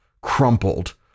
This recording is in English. crumpled